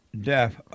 death